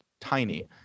tiny